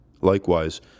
Likewise